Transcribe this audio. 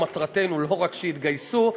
מטרתנו לא רק שיתגייסו,